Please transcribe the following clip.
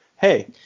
Hey